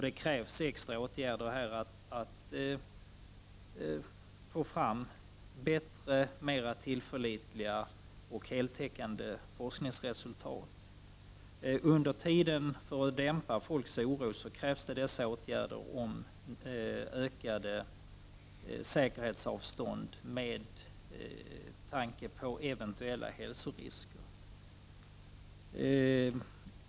Det krävs extra åtgärder här för att få fram bättre och mera tillförlitliga och heltäckande forskningsresultat. Under tiden krävs det för att dämpa folks oro åtgärder i form av ökade säkerhetsavstånd med tanke på eventuella hälsorisker.